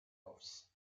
offs